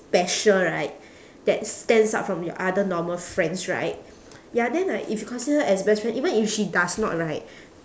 ~pecial right that stands out from your other normal friends right ya then like if you consider her as best friend even if she does not right